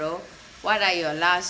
what are your last